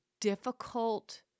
difficult